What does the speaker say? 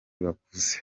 bakuze